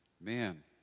man